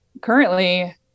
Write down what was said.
currently